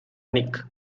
nick